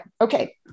Okay